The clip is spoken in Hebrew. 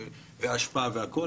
אשפה והכל,